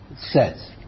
says